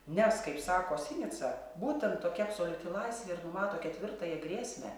nes kaip sako sinica būtent tokia absoliuti laisvė ir numato ketvirtąją grėsmę